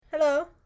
Hello